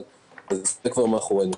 אבל זה כבר מאחורינו.